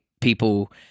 people